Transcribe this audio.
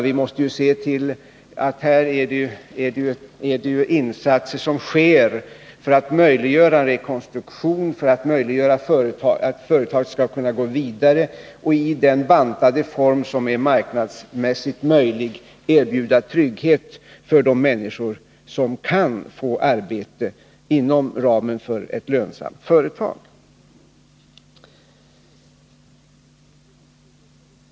Vi måste ta hänsyn till att detta är insatser som görs för att möjliggöra rekonstruktion så att företagen skall kunna leva vidare och i den bantade form som är marknadsmässigt möjlig erbjuda trygghet för de människor som kan få arbete inom ramen för ett lönsamt företag.